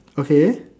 okay